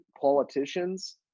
politicians